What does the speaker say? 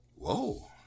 whoa